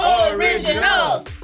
Originals